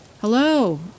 Hello